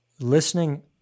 listening